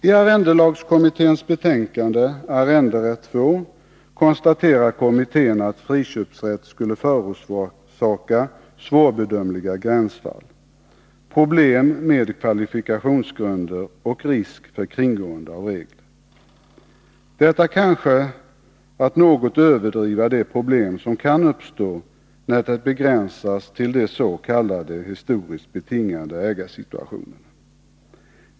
I arrendelagskommitténs betänkande Arrenderätt 2 konstaterar kommittén att friköpsrätt skulle förorsaka svårbedömliga gränsfall, problem med kvalifikationsgrunder och risk för kringgående av regler. Det är kanske att något överdriva de problem som kan uppstå när förslaget begränsas till de s.k. historiskt betingade ägarsituationerna.